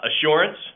assurance